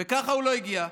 וככה הוא לא הגיע.